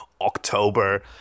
October